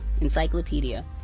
encyclopedia